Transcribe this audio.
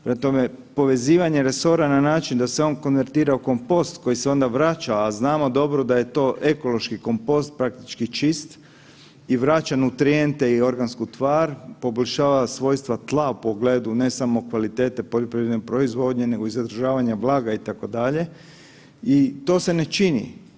Prema tome, povezivanje resora na način da se on konvertira u kompost koji se onda vraća, a znamo dobro da je to ekološki kompost, praktički čist i vraća nutrijente i organsku tvar, poboljšava svojstva tla u pogledu ne samo kvalitete poljoprivredne proizvodnje nego i zadržavanja blaga itd., i to se ne čini.